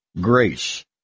grace